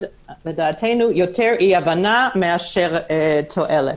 לדעתנו זה יוצר יותר אי-הבנה מאשר תועלת.